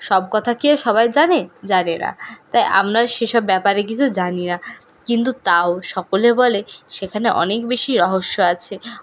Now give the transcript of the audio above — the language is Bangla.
সব কথা কি আর সবাই জানে জানে না তাই আমরা সেসব ব্যাপারে কিছু জানি না কিন্তু তাও সকলে বলে সেখানে অনেক বেশি রহস্য আছে